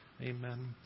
Amen